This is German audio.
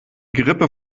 gerippe